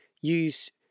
use